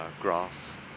grass